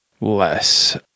less